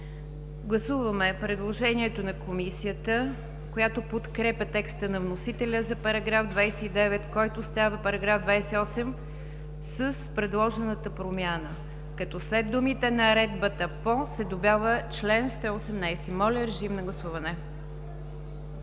Гласуваме предложението на Комисията, която подкрепя текста на вносителя за § 29, който става § 28, с предложената промяна, като след думите „наредбата по“ се добавя „чл. 118“. Моля, гласувайте.